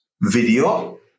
video